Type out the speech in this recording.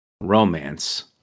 romance